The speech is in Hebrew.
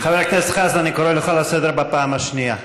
חבר הכנסת חזן, אני קורא אותך לסדר בפעם הראשונה.